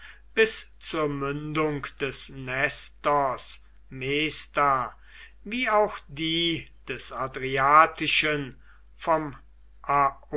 bis zur mündung des nestos mesta wie auch die des adriatischen vom